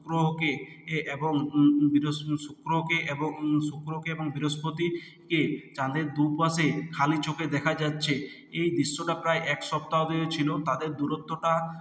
শুক্র কে এ এবং শুক্রকে এবং শুক্র কে এবং বৃহস্পতিকে চাঁদের দু পাশে খালি চোখে দেখা যাচ্ছে এই দৃশ্যটা প্রায় এক সপ্তাহ ধরে ছিল তাদের দূরত্বটা